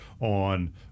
on